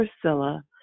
Priscilla